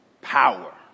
power